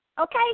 Okay